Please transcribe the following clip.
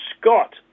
Scott